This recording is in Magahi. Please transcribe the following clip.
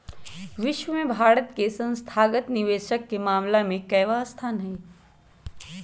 विश्व में भारत के संस्थागत निवेशक के मामला में केवाँ स्थान हई?